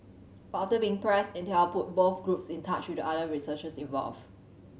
but after being pressed Intel put both groups in touch with the other researchers involved